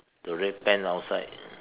the red pants outside